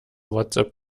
whatsapp